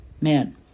man